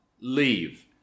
leave